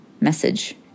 message